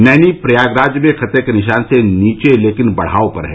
नैनी प्रयागराज में खतरे के निशान से नीचे लेकिन बढ़ाव पर है